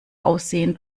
aussehen